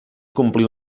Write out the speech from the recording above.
complir